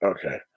Okay